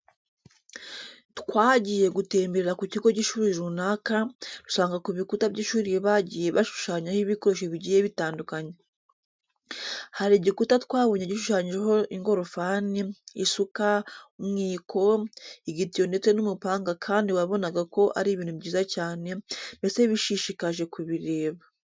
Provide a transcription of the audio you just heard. Twagiye gutemberera ku kigo cy'ishuri runaka, dusanga ku bikuta by'ishuri bagiye bashushanyaho ibikoresho bigiye bitandukanye. Hari igikuta twabonye gishushanyijeho ingorofani, isuka, umwiko, igitiyo ndetse n'umupanga kandi wabonaga ko ari ibintu byiza cyane, mbese bishishikaje kubireba.